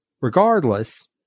Regardless